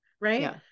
right